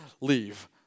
leave